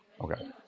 okay